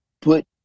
put